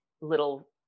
little